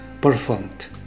performed